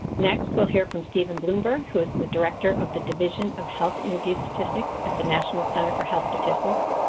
next, we'll hear from stephen blumberg who is the director of the division of health interview statistics at the national center for health statistics.